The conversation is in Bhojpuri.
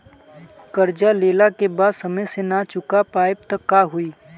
कर्जा लेला के बाद समय से ना चुका पाएम त का होई?